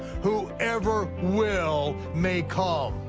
whoever will may come.